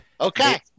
okay